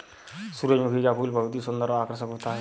सुरजमुखी का फूल बहुत ही सुन्दर और आकर्षक होता है